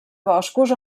boscos